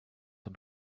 vom